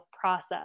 process